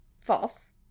false